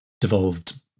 devolved